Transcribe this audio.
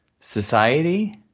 society